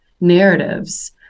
narratives